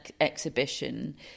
exhibition